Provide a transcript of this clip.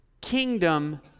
kingdom